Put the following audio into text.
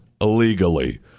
illegally